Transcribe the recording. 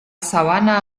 sabana